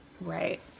Right